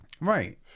Right